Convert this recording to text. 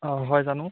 অঁ হয় জানো